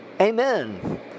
Amen